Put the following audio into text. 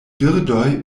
birdoj